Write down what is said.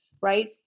right